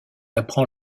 apprend